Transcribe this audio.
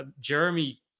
jeremy